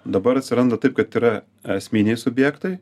dabar atsiranda taip kad yra esminiai subjektai